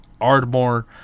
Ardmore